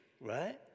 right